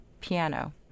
piano